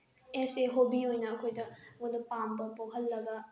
S a hobby ꯑꯣꯏꯅ ꯑꯩꯈꯣꯏꯗ ꯑꯩꯉꯣꯟꯗ ꯄꯥꯝꯕ ꯄꯣꯛꯍꯜꯂꯒ